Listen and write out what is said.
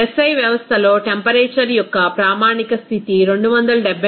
SI వ్యవస్థలో temperature యొక్క ప్రామాణిక స్థితి 273